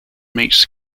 meets